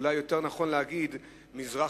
אולי יותר נכון להגיד מזרח-ירושלים.